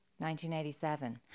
1987